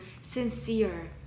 sincere